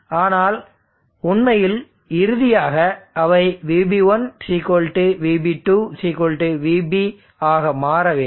ஆனால் உண்மையில் இறுதியாக அவை VB1 VB2 VB ஆக மாற வேண்டும்